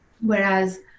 Whereas